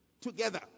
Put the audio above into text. together